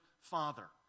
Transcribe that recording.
father